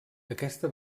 aquesta